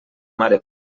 mare